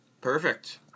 Perfect